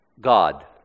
God